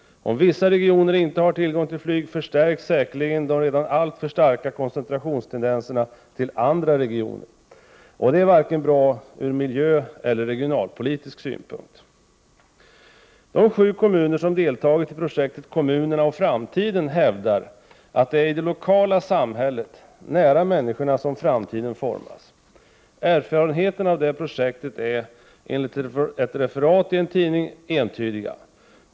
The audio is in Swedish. Om vissa regioner inte har tillgång till flyg, förstärks säkerligen de redan alltför starka tendenserna till koncentration till andra regioner, och det är inte bra vare sig från miljösynpunkt eller från regionalpolitisk synpunkt. De sju kommuner som har deltagit i projektet Kommunerna och framtiden hävdar att det är i det lokala samhället, nära människorna, som framtiden formas. Erfarenheterna av projektet är, enligt ett referat i en tidning, entydiga.